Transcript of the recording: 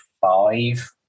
five